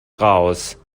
raus